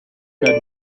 bed